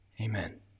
Amen